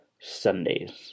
Sundays